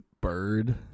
bird